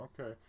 okay